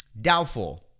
Doubtful